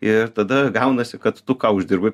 ir tada gaunasi kad tu ką uždirbai